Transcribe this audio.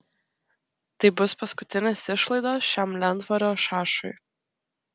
tai bus paskutinės išlaidos šiam lentvario šašui